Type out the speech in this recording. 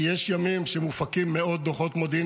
כי יש ימים שמופקים מאות דוחות מודיעין